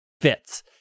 fits